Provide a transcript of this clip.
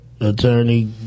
attorney